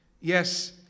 Yes